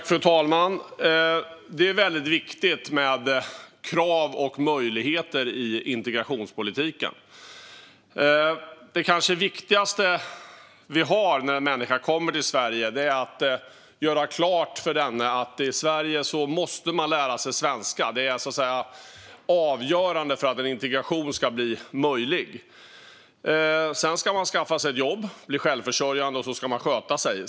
Fru talman! Det är väldigt viktigt med krav och möjligheter i integrationspolitiken. Det kanske viktigaste för oss när människor kommer till Sverige är att göra klart för dem att i Sverige måste man lära sig svenska. Det är avgörande för att en integration ska bli möjlig. Sedan ska man skaffa sig ett jobb, bli självförsörjande och sköta sig.